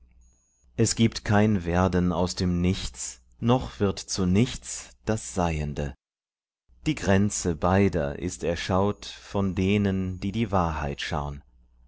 es gibt kein werden aus dem nichts noch wird zu nichts das seiende die grenze beider ist erschaut von denen die die wahrheit schaun